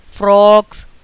Frogs